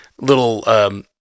little